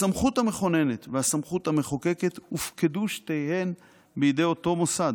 --- הסמכות המכוננת והסמכות המחוקקת הופקדו שתיהן בידי אותו מוסד,